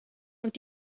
und